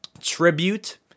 tribute